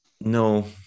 no